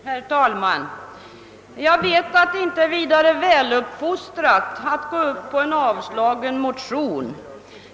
Herr talman! Jag vet att det inte är särskilt väluppfostrat att tala för en avstyrkt motion.